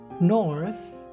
North